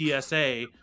TSA